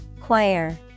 choir